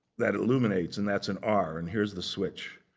that it illuminates, and that's an r, and here's the switch.